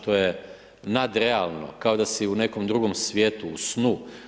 To je nadrealno, kao da si u nekom drugom svijetu, u snu.